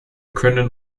können